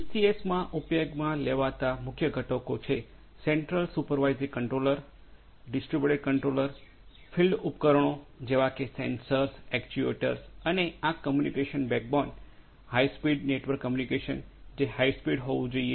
ડીસીએસમાં ઉપયોગમાં લેવાતા મુખ્ય ઘટકો છે central supervisory controller distributed controller field ઉપકરણો જેવા કે સેન્સર્સ એક્ટ્યુએટર્સ અને આ communication backbone high speed network communication જે હાઇ સ્પીડ હોવી જોઈએ